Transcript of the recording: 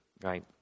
Right